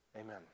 Amen